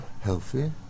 healthy